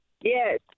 Yes